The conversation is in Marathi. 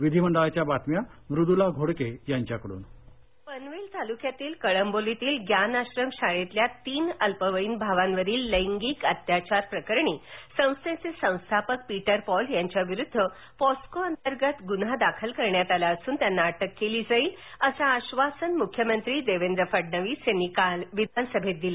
विधिमंडळाच्या बातम्या मृदुला घोडके यांच्याकडून पनवेल तालुक्यातील कळबोलीतील ग्यान आश्रमशाळेत तीन अल्पवयीन भावावरील लैंगिक अत्याचारप्रकरणी संस्थेचे संस्थापक पीटर पॉल यांच्याविरुद्ध पॉस्को अंतर्गत गुन्हा दाखल करण्यात आला असून त्यांना अटक केली जाईल असे आश्वासन मुख्यमंत्री देवेंद्र फडणवीस यांनी काल विधानसभेत दिलं